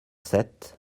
sept